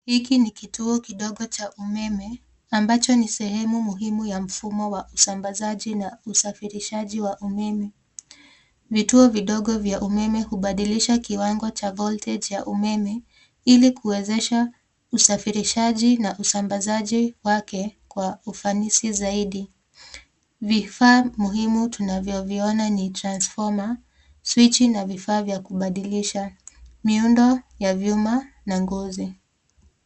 Hiki ni kituo kidogo cha umeme ambacho ni sehemu muhimu ya mfumo wa usambazaji na usafirishaji wa umeme. Vituo vidogo vya umeme hubadilisha kiwango cha voltage ya umeme ili kuwezesha usafirishaji na usambazaji wake kwa ufanisi zaidi. Vifaa muhimu tunavyoviona ni transfoma, swichi na vifaa vya kubadilisha miundo ya vyuma na ngozi.